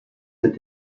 mit